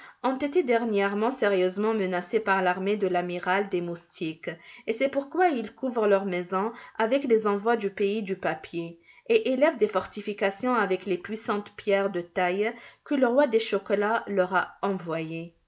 ont été dernièrement sérieusement menacés par l'armée de l'amiral des moustiques et c'est pourquoi ils couvrent leurs maisons avec les envois du pays du papier et élèvent des fortifications avec les puissantes pierres de taille que le roi des chocolats leur a envoyées